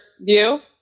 View